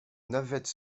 navette